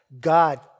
God